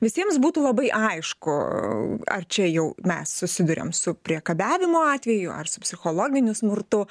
visiems būtų labai aišku ar čia jau mes susiduriam su priekabiavimo atveju ar su psichologiniu smurtu